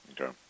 Okay